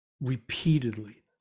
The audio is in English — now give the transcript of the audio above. repeatedly